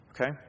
Okay